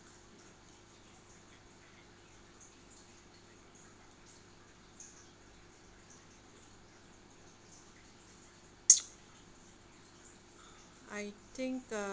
I think uh~